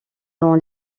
dans